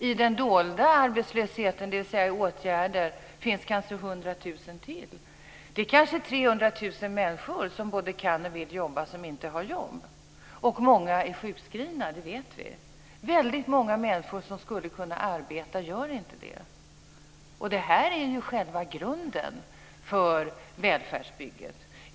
I den dolda arbetslösheten, dvs. i åtgärder, finns kanske 100 000 till. Det är kanske 300 000 människor som både kan och vill jobba som inte har jobb. Många är sjukskrivna; det vet vi. Väldigt många människor som skulle kunna arbeta gör inte det. Detta är själva grunden för välfärdsbygget.